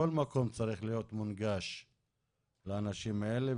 כל מקום צריך להיות מונגש לאנשים האלה.